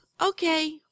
Okay